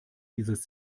dieses